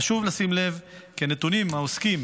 חשוב לשים לב כי הנתונים העוסקים